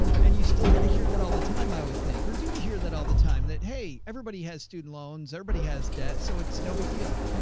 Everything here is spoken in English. and you still got to hear that all the time, i would think. or do you hear that all the time that hey, everybody has student loans. everybody has debt, so it's no big deal.